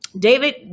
David